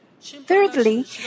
Thirdly